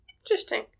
Interesting